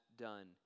done